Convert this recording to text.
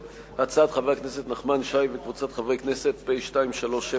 הצעות חברי הכנסת אברהים צרצור ודניאל בן-סימון.